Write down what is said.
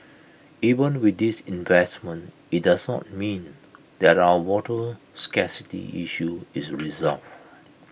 even with these investments IT does not mean that our water scarcity issue is resolved